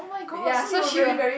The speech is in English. ya so she will